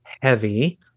heavy